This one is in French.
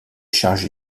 chargé